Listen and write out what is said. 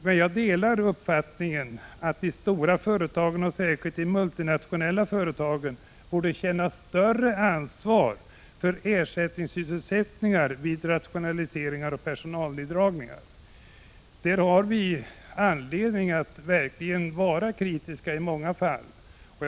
Men jag delar uppfattningen att de stora företagen och särskilt de multinationella företagen borde känna större ansvar för ersättningssysselsättningar vid rationaliseringar och personalneddragningar. I många fall har vi verkligen anledning att vara kritiska.